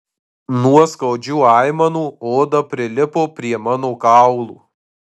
nuo skaudžių aimanų oda prilipo prie mano kaulų